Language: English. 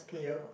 yup